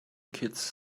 kids